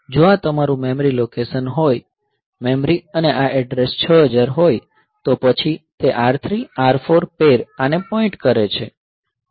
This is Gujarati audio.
જો આ તમારું મેમરી લોકેશન હોય મેમરી અને આ એડ્રેસ 6000 હોય તો પછી તે R3 R4 પૈર આને પોઈન્ટ કરે છે